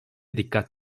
dikkat